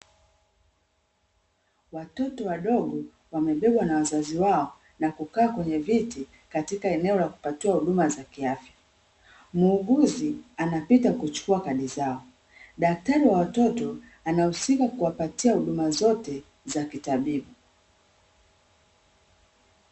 Watoto wadogo wamebebwa na wazazi wao na kukaa kwenye viti katika eneo la kupatiwa huduma za kiafya. Muuguzi anapita kuchukua kadi zao. Daktari wa watoto anahusika kuwapatia huduma zote za kitabibu.